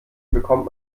bekommt